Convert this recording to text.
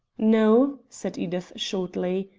no, said edith shortly.